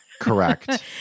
Correct